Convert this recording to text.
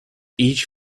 each